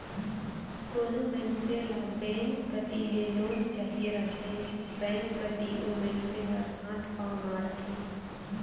कोनो मइनसे ल बेंक कती ले लोन चाहिए रहथे बेंक कती ओ मइनसे हर हाथ पांव मारथे